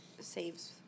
saves